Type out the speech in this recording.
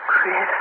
Chris